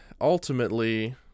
ultimately